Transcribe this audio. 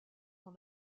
dans